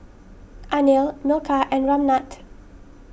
Anil Milkha and Ramnath